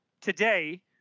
today